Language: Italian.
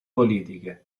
politiche